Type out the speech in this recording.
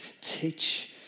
teach